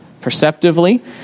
perceptively